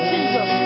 Jesus